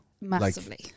Massively